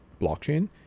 blockchain